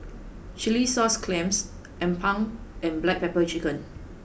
Chilli Sauce Clams Appam and Black Pepper Chicken